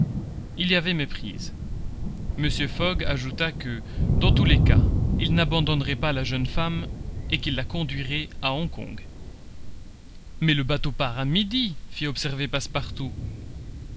il y avait méprise mr fogg ajouta que dans tous les cas il n'abandonnerait pas la jeune femme et qu'il la conduirait à hong kong mais le bateau part à midi fit observer